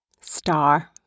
Star